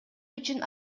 үчүн